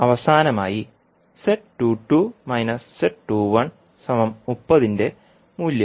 അവസാനമായി ന്റെ മൂല്യം